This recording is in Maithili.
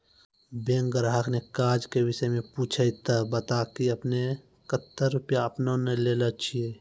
बैंक ग्राहक ने काज के विषय मे पुछे ते बता की आपने ने कतो रुपिया आपने ने लेने छिए?